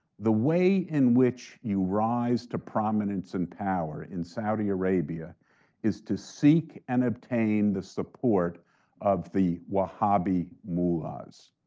the way in which you rise to prominence and power in saudi arabia is to seek and obtain the support of the wahhabi muwahs.